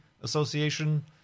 Association